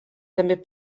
també